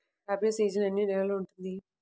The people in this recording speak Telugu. రబీ సీజన్ ఎన్ని నెలలు ఉంటుంది?